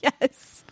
Yes